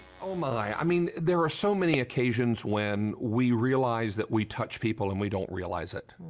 oh, my. i mean, there are so many occasions when we realize that we touch people and we don't realize it.